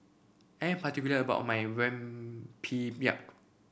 I am particular about my Rempeyek